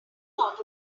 lot